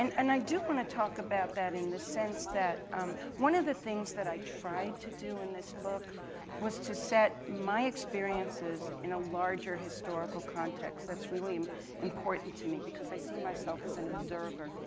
and and i do want to talk about that in the sense that um one of the things that i tried to do in this book was to set my experiences in a larger historical context. that's really important to me, because i see myself as an observer,